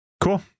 Cool